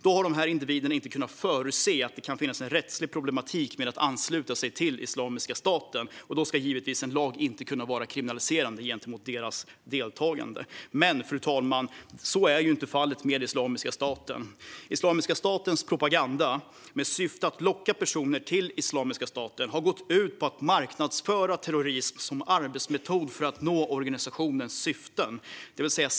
Då har dessa individer inte kunnat förutse att det kan finnas en rättslig problematik med att ansluta sig till Islamiska staten, och då ska en lag givetvis inte kunna vara kriminaliserande gentemot deras deltagande. Men, fru talman, så är inte fallet med Islamiska staten. Islamiska statens propaganda med syfte att locka personer till sig har gått ut på att marknadsföra terrorism som en arbetsmetod för att nå organisationens syften.